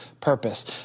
purpose